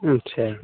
अच्छा